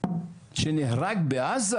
שנהרג בעזה,